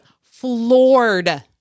floored